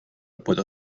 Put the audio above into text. puedo